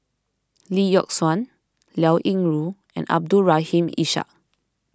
Lee Yock Suan Liao Yingru and Abdul Rahim Ishak